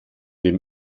dem